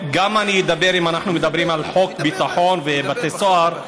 אנחנו מדברים על חוק ביטחון ובתי סוהר,